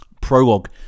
prologue